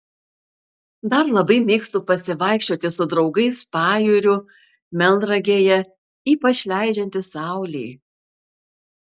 dar labai mėgstu pasivaikščioti su draugais pajūriu melnragėje ypač leidžiantis saulei